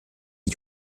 der